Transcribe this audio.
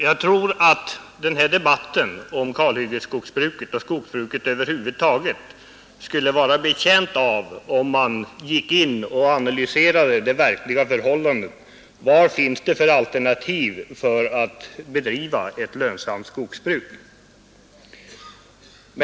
Jag tror att debatten om kalhyggesskogsbruket och om skogsbruket över huvud taget skulle vara betjänt av att man analyserade det verkliga förhållandet. Vad finns det för alternativ för att bedriva ett lönsamt skogsbruk?